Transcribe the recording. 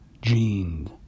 gene